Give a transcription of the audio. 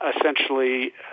essentially